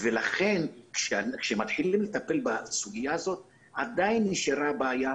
ולכן כשמתחילים לטפל בסוגיה הזאת עדיין נשארה בעיה.